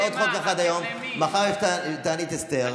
יש עוד חוק אחד היום, ומחר יש תענית אסתר.